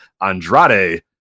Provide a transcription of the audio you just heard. Andrade